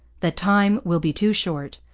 that time will be too short.